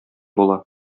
була